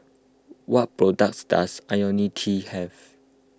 what products does Ionil T have